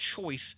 choice